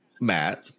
matt